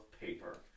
paper